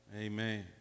Amen